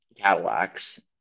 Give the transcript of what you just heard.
Cadillacs